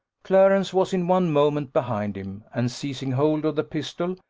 clarence was in one moment behind him and, seizing hold of the pistol,